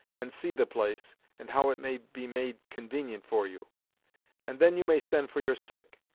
and see the place, and how it may be made convenient for you and then you may send for your sick,